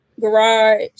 garage